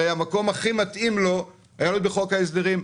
הרי המקום הכי מתאים לו היה בחוק ההסדרים.